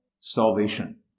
salvation